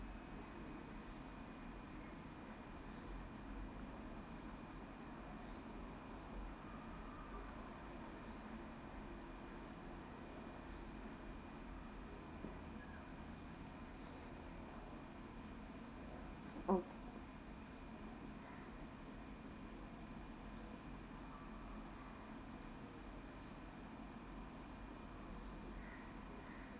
oh